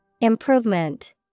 Improvement